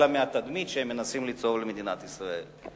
אלא מהתדמית שהם מנסים ליצור למדינת ישראל.